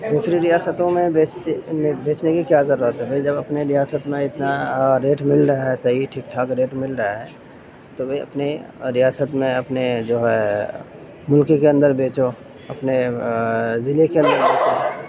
دوسری ریاستوں میں بیچتے بیچنے کی کیا ضرورت ہے بھائی جب اپنی ریاست میں اتنا ریٹ مل رہا ہے صحیح ٹھیک ٹھاک ریٹ مل رہا ہے تو بھائی اپنی ریاست میں اپنے جو ہے ملک کے اندر بیچو اپنے ضلعے کے اندر بیچو